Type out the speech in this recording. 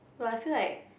but I feel like